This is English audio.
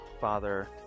father